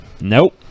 Nope